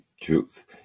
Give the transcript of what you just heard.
Truth